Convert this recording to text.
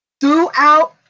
Throughout